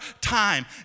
time